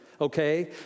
okay